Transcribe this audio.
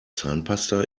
zahnpasta